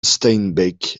steinbeck